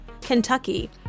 Kentucky